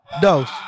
Dose